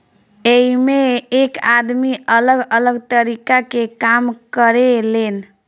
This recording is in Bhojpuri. एइमें एक आदमी अलग अलग तरीका के काम करें लेन